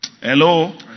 Hello